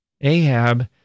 Ahab